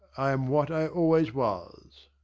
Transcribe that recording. i am what i always was.